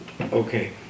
Okay